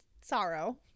sorrow